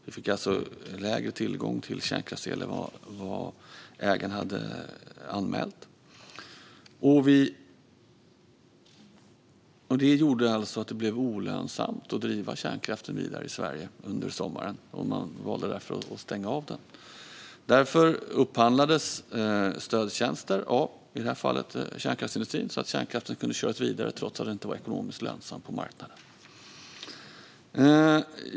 Vi fick alltså lägre tillgång till kärnkraftsel än vad ägaren hade anmält. Det gjorde att det blev olönsamt att driva kärnkraften vidare i Sverige under sommaren, och därför valde man att stänga av den. Därför upphandlades stödtjänster av i det här fallet kärnkraftsindustrin så att kärnkraften kunde köras vidare, trots att det inte var ekonomiskt lönsamt på marknaden.